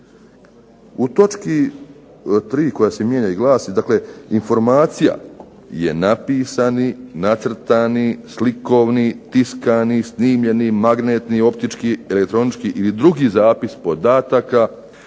U točki 3. koja se mijenja i glasi, dakle informacija je napisani, nacrtani, slikovni, tiskani, snimljeni, magnetni, optički, elektronički ili drugih zapis podataka